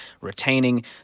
retaining